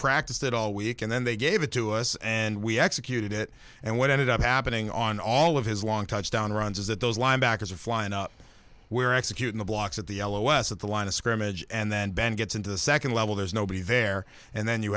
practice it all week and then they gave it to us and we executed it and what ended up happening on all of his long touchdown runs is that those linebackers are flying up we're executing the blocks at the l o s at the line of scrimmage and then ben gets into the second level there's nobody there and then you